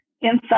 inside